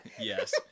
Yes